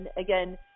again